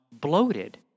bloated